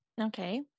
okay